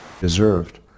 deserved